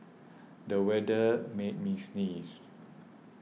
the weather made me sneeze